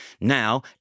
Now